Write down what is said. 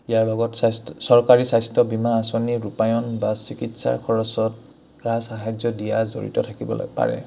ইয়াৰ লগত স্বাস্থ্য চৰকাৰী স্বাস্থ্য বীমা আঁচনি ৰূপায়ণ বা চিকিৎসাৰ খৰচত ৰাজ সাহাৰ্য দিয়া জড়িত থাকিবলৈ পাৰে